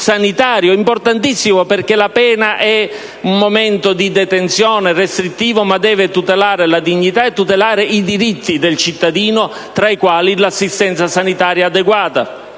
sanitario, che è importantissima perché la pena è un momento di detenzione restrittivo, ma deve tutelare la dignità e i diritti del cittadino, tra i quali un'assistenza sanitaria adeguata.